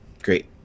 great